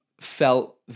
felt